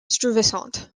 stuyvesant